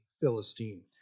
Philistine